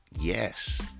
yes